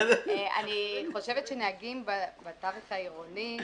אני חושבת שנהגים בתווך העירוני,